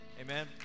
amen